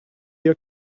your